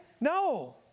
No